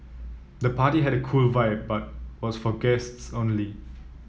the party had a cool vibe but was for guests only